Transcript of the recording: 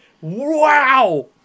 Wow